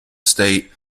state